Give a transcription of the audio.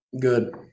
Good